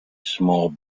small